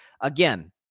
Again